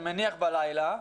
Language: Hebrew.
אני מניח בלילה.